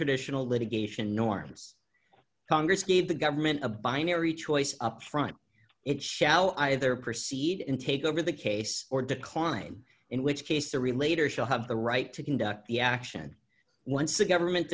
traditional litigation norms congress gave the government a binary choice up front it shall either proceed and take over the case or decline in which case the relator shall have the right to conduct the action once a government